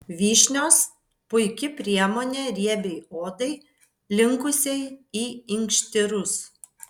vyšnios puiki priemonė riebiai odai linkusiai į inkštirus